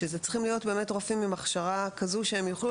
צריכים להיות רופאים עם הכשרה שיוכלו